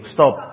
Stop